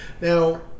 Now